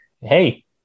hey